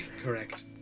correct